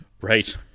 Right